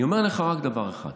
אני אומר לך רק דבר אחד: